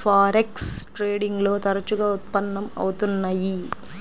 forex trading లో తరచుగా ఉత్పన్నం అవుతున్నయ్యి